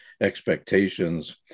expectations